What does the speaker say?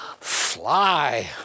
fly